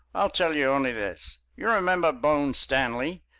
i'll tell you only this you remember bone stanley,